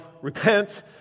repent